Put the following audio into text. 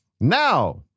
Now